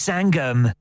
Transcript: Sangam